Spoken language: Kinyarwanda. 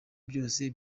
byose